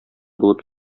булып